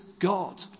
God